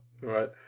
right